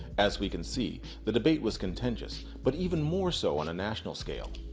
as we can see, the debate was contentious, but even more so on a national scale.